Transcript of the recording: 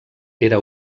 era